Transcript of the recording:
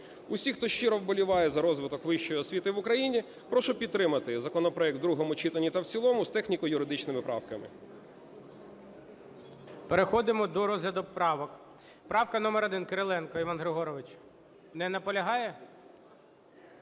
Усіх, хто щиро вболіває за розвиток вищої освіти в Україні, прошу підтримати законопроект в другому читанні та в цілому з техніко-юридичними правками. ГОЛОВУЮЧИЙ. Переходимо до розгляду правок. Правка номер 1, Кириленко Іван Григорович. Не наполягає?